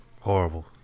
Horrible